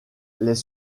les